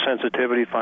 sensitivity